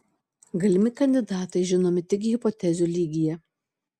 galimi kandidatai žinomi tik hipotezių lygyje